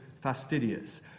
fastidious